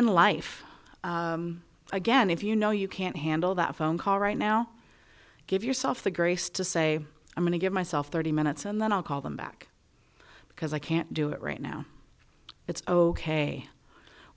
in life again if you know you can't handle that phone call right now give yourself the grace to say i'm going to give myself thirty minutes and then i'll call them back because i can't do it right now it's ok